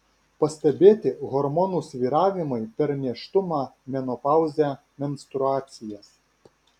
pastebėti hormonų svyravimai per nėštumą menopauzę menstruacijas